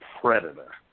predator